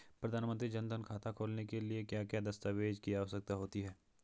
प्रधानमंत्री जन धन खाता खोलने के लिए क्या क्या दस्तावेज़ की आवश्यकता होती है?